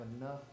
enough